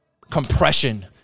compression